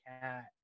cat